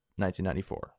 1994